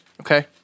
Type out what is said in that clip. Okay